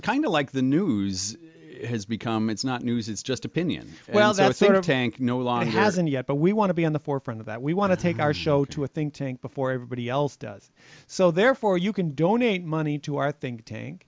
a kind of like the news has become it's not news it's just opinion well so it's sort of tank no longer hasn't yet but we want to be on the forefront of that we want to take our show to a think tank before everybody else does so therefore you can donate money to i think tank